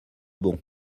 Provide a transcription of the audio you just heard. bon